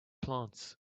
plants